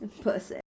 Pussy